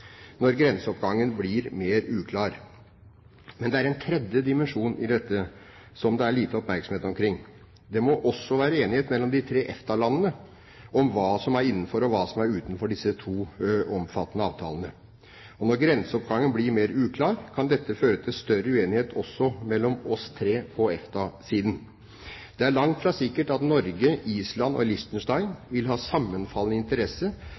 når grenseoppgangen blir mer uklar. Men det er en tredje dimensjon i dette, som det er lite oppmerksomhet omkring. Det må også være enighet mellom de tre EFTA-landene om hva som er innenfor, og hva som er utenfor disse to omfattende avtalene. Når grenseoppgangen blir mer uklar, kan dette føre til større uenighet også mellom oss tre på EFTA-siden. Det er langt fra sikkert at Norge, Island og Liechtenstein vil ha sammenfallende interesse